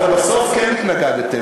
אבל בסוף כן התנגדתם,